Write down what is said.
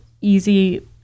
easy